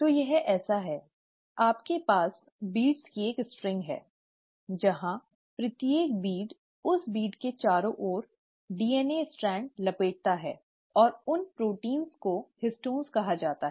तो यह ऐसा है आपके पास बीड्ज़ की एक स्ट्रिंग है जहां प्रत्येक बीड् उस बीड् के चारों ओर डीएनए स्ट्रैंड लपेटता है और उन प्रोटीनों को हिस्टोन कहा जाता है